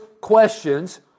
questions